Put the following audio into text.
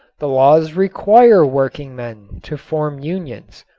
the laws require workingmen to form unions.